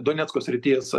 donecko srities